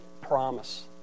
promise